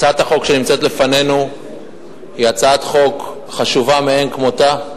הצעת החוק שנמצאת לפנינו היא הצעת חוק חשובה מאין כמותה,